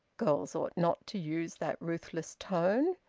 girls ought not to use that ruthless tone.